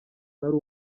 ntari